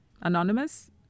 Anonymous